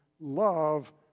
love